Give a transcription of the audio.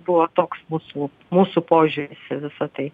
buvo toks mūsų mūsų požiūris į visa tai